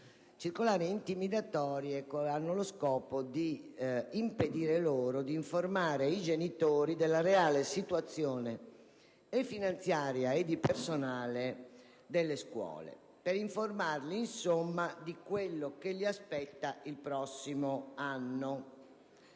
circolari intimidatorie aventi lo scopo di impedire loro di informare i genitori della reale situazione finanziaria e di personale delle scuole; per informarli, insomma, di quello che li aspetta il prossimo anno.